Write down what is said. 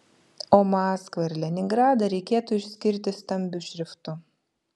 o maskvą ir leningradą reikėtų išskirti stambiu šriftu